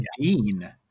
Dean